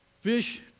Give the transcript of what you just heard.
fish